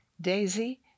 Daisy